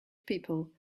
people